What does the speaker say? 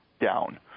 down